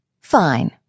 Fine